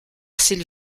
s’ils